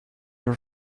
your